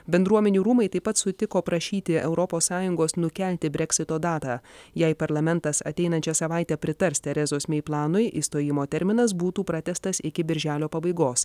bendruomenių rūmai taip pat sutiko prašyti europos sąjungos nukelti breksito datą jei parlamentas ateinančią savaitę pritars terezos mei planui išstojimo terminas būtų pratęstas iki birželio pabaigos